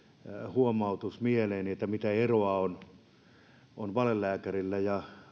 huomautus mieleeni että mitä eroa on on valelääkärillä ja